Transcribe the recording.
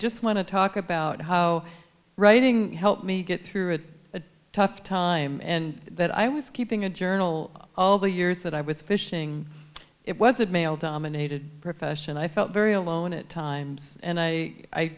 just want to talk about how writing helped me get through a tough time and that i was keeping a journal all the years that i was fishing it was a male dominated profession i felt very alone it times and i